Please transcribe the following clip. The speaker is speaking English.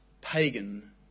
pagan